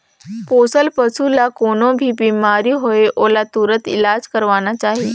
पोसल पसु ल कोनों भी बेमारी होये ओला तुरत इलाज करवाना चाही